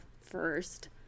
first